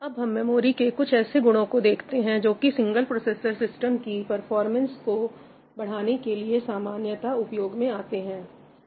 अब हम मेमोरी के कुछ ऐसे गुणों को देखते हैं जो कि सिंगल प्रोसेसर सिस्टम की परफॉर्मेंस को बढ़ाने के लिए सामान्यतः उपयोग में आते हैं